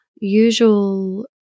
usual